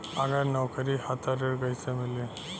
अगर नौकरी ह त ऋण कैसे मिली?